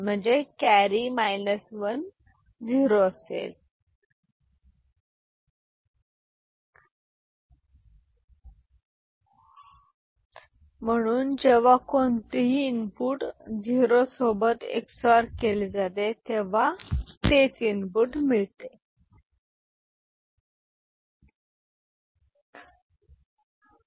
म्हणजे इथे normal addition होईल म्हणून जेव्हा कोणतही इनपुट झिरो सोबत XOR केले जाते तेव्हा तेच इनपुट मिळते If SUB 0 then C 1 0 Ex OR gate output Bi ⊕ 0 Bi F